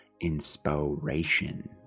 inspiration